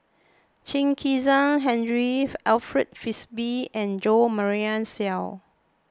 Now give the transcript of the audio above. Chen Kezhan Henri Alfred Frisby and Jo Marion Seow